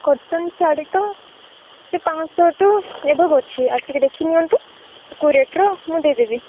cotton sari ତ ସେଇ ପାଁଶହଠୁ ଏବଭ୍ ଅଛି ଆସିକି ଦେଖିନିଅନ୍ତୁ କେଉଁ ରେଟ୍ର ମୁଁ ଦେଇଦେବି